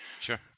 Sure